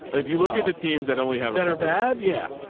if you look at the teams that only have that are bad. yeah.